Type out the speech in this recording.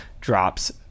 drops